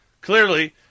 Clearly